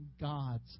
God's